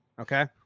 okay